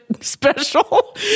special